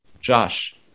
Josh